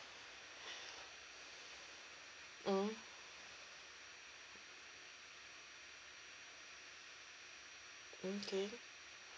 mm mm okay